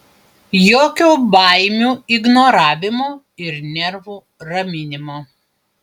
jokio baimių ignoravimo ir nervų raminimo